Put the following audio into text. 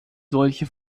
solche